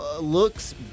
looks